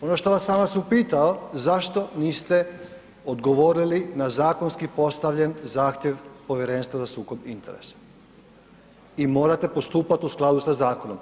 Ono što sam vas upitao, zašto niste odgovorili na zakonski postavljen zahtjev Povjerenstva za sukob interesa i morate postupati u skladu sa zakonom.